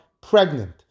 pregnant